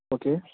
okay